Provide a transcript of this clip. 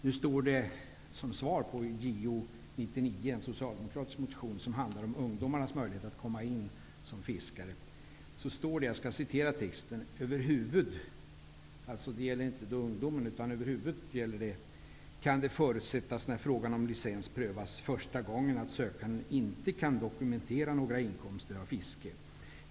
Nu står det som svar på den socialdemokratiska motionen Jo99 och som handlar om ungdomarnas möjligheter att komma in som fiskare: Över huvud kan det förutsättas när frågan om licens prövas första gången att sökanden inte kan dokumentera några inkomster av fiske.